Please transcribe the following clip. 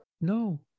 No